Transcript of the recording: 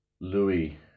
Louis